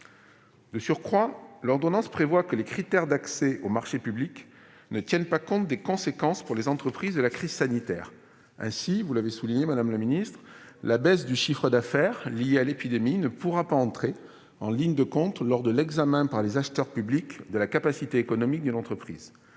De surcroît, l'ordonnance prévoit que les critères d'accès aux marchés publics ne tiennent pas compte des conséquences, pour les entreprises, de la crise sanitaire. Ainsi, comme vous l'avez souligné, madame la secrétaire d'État, la baisse de chiffre d'affaires liée à l'épidémie ne pourra pas entrer en ligne de compte lors de l'examen par les acheteurs publics de la capacité économique d'une entreprise,